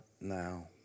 now